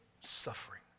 suffering